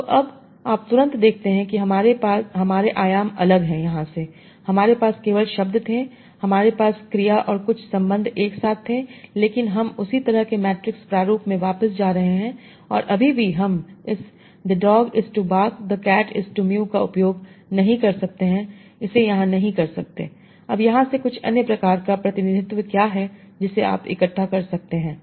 तो अब आप तुरंत देखते हैं कि हमारे आयाम अलग हैं यहां से हमारे पास केवल शब्द थे हमारे पास क्रिया और कुछ संबंध एक साथ थे लेकिन हम उसी तरह के मैट्रिक्स प्रारूप में वापस जा रहे हैं और अभी भी हम इस 'the dog is to bark the cat is to meow ' का उपयोग नहीं कर सकते हैं इसे यहाँ नहीं कर सकते अब यहाँ से कुछ अन्य प्रकार का प्रतिनिधित्व क्या है जिसे आप इकट्ठा कर सकते हैं